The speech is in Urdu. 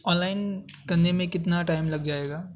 آن لائن کرنے میں کتنا ٹائم لگ جائے گا